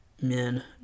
men